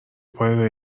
پای